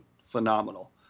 phenomenal